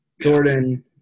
Jordan